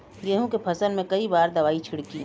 गेहूँ के फसल मे कई बार दवाई छिड़की?